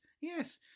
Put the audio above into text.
yes